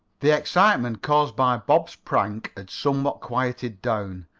the excitement caused by bob's prank had somewhat quieted down,